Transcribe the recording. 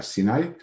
Sinai